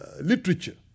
literature